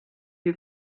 who